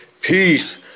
Peace